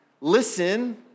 listen